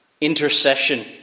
Intercession